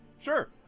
Sure